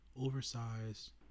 oversized